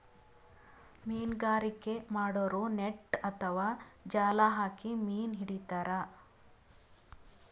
ಮೀನ್ಗಾರಿಕೆ ಮಾಡೋರು ನೆಟ್ಟ್ ಅಥವಾ ಜಾಲ್ ಹಾಕಿ ಮೀನ್ ಹಿಡಿತಾರ್